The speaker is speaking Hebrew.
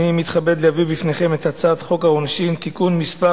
אני מתכבד להביא בפניכם את הצעת חוק העונשין (תיקון מס'